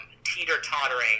teeter-tottering